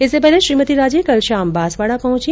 इससे पहले श्रीमती राजे कल शाम बांसवाडा पहुंची